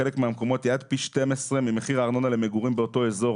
היא עד פי 12 ממחיר הארנונה למגורים באותו האזור,